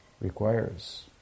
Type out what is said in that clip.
requires